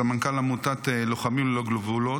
סמנכ"ל עמותת לוחמים ללא גבולות.